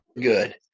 good